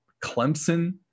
Clemson